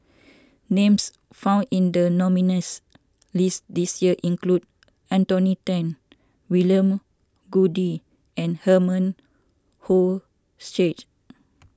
names found in the nominees' list this year include Anthony then William Goode and Herman Hochstadt